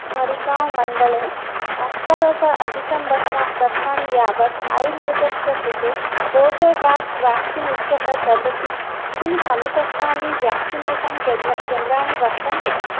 मरिगावमण्डले अष्टादशाधिकं वर्षाणि यावत् आयुर्वर्गस्य कृते कोर्बेवाक्स् व्याक्सीन् इत्येतत ददति किं समीपस्थानि व्याक्सिनेषन् केन्द्राणि वर्तन्ते